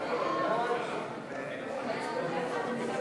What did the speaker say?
בעבירת ביטחון) (הוראת שעה) (תיקון מס'